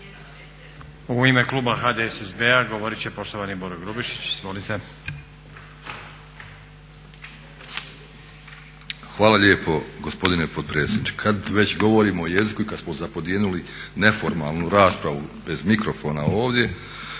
Hvala lijepo gospodine potpredsjedniče. Kada već govorimo o jeziku i kada smo zapodjenuli neformalnu raspravu bez mikrofona ovdje,